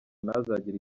ntazagire